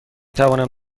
توانم